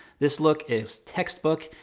this look is textbook,